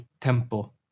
tempo